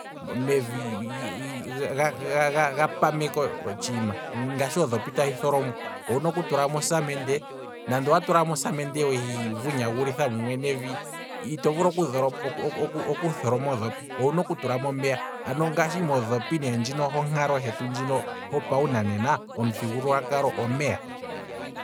Mevi ga pameke otshiima ngashi eedhopi tadhi tho lomwa, owuna oku tulamo osamende, nande owa tulamo osamende wehi vundakanitha mumwe nevi, to vulu oku- oku- okutho loma odhopi, owuna oku tulamo omeya, ngashi modhipi ne honkalo hetu ho pawu nanena, omuthigululwakalo omeya.